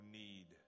need